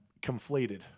conflated